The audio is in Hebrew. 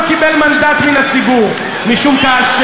שמופה.